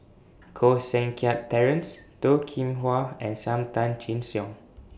Koh Seng Kiat Terence Toh Kim Hwa and SAM Tan Chin Siong